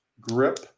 grip